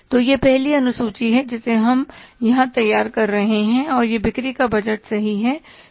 तो यह पहली अनुसूची है जिसे हम यहां तैयार कर रहे हैं और यह बिक्री का बजट सही है